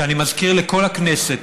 ואני מזכיר לכל הכנסת,